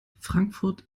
frankfurt